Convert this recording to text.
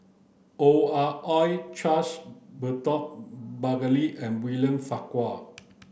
Ong Ah Hoi Charles Burton Buckley and William Farquhar